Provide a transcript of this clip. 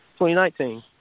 2019